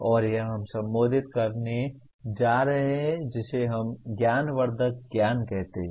और यह हम संबोधित करने जा रहे हैं जिसे हम ज्ञानवर्धक ज्ञान कहते हैं